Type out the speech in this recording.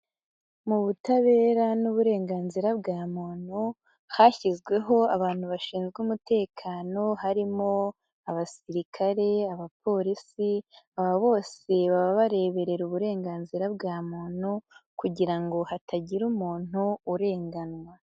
Mu ubutabera na uburenganzira bwa muntu hashyizweho abantu bashinzwe umutekano harimo abasirikare, abapolisi, aba bose baba bareberera uburenganzira bwa muntu kugira ngo hatagira umuntu urenganywa.